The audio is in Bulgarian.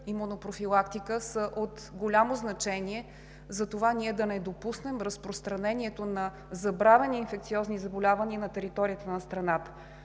имунопрофилактика, са от голямо значение за това ние да не допуснем разпространението на забравени инфекциозни заболявания на територията на страната.